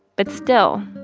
but still,